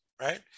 right